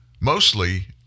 mostly